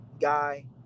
guy